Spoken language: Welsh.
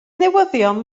newyddion